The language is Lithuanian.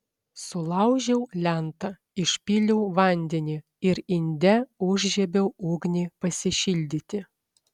sulaužiau lentą išpyliau vandenį ir inde užžiebiau ugnį pasišildyti